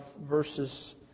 verses